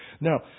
Now